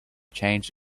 changed